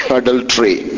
adultery